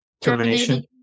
Termination